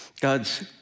God's